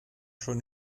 schon